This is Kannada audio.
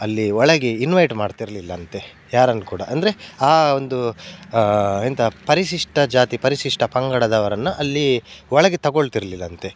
ಅಲ್ಲಿ ಒಳಗೆ ಇನ್ವೈಟ್ ಮಾಡ್ತಿರಲಿಲ್ಲಂತೆ ಯಾರನ್ನೂ ಕೂಡ ಅಂದರೆ ಆ ಒಂದು ಎಂತ ಪರಿಶಿಷ್ಟ ಜಾತಿ ಪರಿಶಿಷ್ಟ ಪಂಗಡದವ್ರನ್ನು ಅಲ್ಲಿ ಒಳಗೆ ತೊಗೊಳ್ತಿರ್ಲಿಲ್ಲಂತೆ